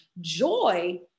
joy